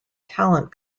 talent